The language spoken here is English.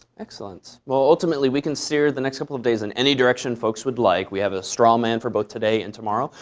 excellent. well, ultimately, we can steer the next couple of days in any direction folks would like. we have a straw man for both today and tomorrow.